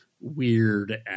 weird